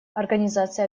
организация